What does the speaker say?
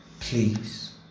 please